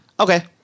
Okay